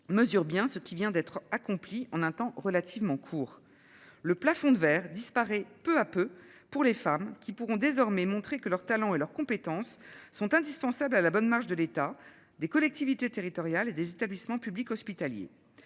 Mesure bien ce qui vient d'être accompli en un temps relativement court. Le plafond de verre disparaît peu à peu pour les femmes qui pourront désormais montrer que leur talent et leurs compétences sont indispensables à la bonne marche de l'État, des collectivités territoriales et des établissements publics hospitaliers.